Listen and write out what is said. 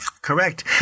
Correct